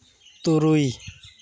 ᱛᱩᱨᱩᱭ